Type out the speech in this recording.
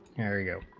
area